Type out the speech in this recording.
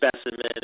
Specimen